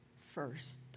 first